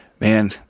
man